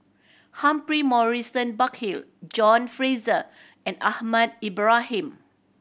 Humphrey Morrison Burkill John Fraser and Ahmad Ibrahim